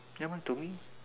then when do we